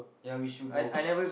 ya we should go